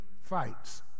fights